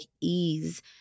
ease